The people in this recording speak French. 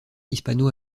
hispano